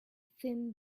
thin